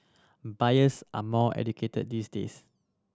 buyers are more educated these days